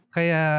Kaya